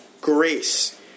grace